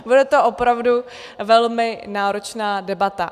Bude to opravdu velmi náročná debata.